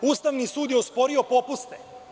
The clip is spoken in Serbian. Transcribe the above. Ustavni sud je osporio popuste.